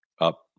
up